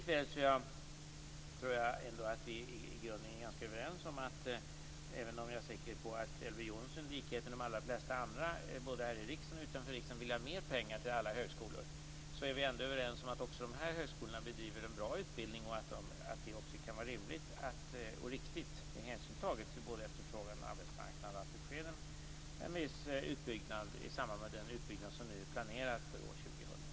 Likväl tror jag att vi i grunden är överens. Även om jag är säker på att Elver Jonsson i likhet med de allra flesta andra, både här i riksdagen och utanför riksdagen, vill ha mer pengar till alla högskolor är vi överens om att de här högskolorna bedriver en bra utbildning. Det kan också vara rimligt och riktigt med hänsyn tagen till både efterfrågan och arbetsmarknad att det sker en viss utbyggnad i samband med den utbyggnad som är planerad för år 2000.